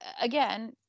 again